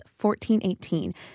1418